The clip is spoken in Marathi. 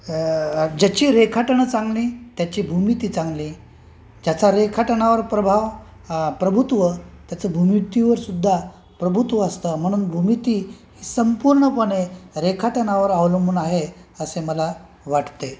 ज्याची रेखाटनं चांगली त्याची भूमिती चांगली ज्याचा रेखाटनावर प्रभाव प्रभुत्व त्याचं भूमितीवर सुुद्धा प्रभुत्व असतं म्हणून भूमिती ही संपूर्णपणे रेखाटनावर अवलंबून आहे असे मला वाटते